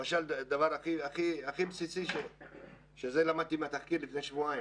למשל, דבר הכי בסיסי אותו למדתי לפני שבועיים